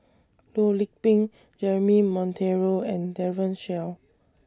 Loh Lik Peng Jeremy Monteiro and Daren Shiau